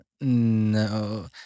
No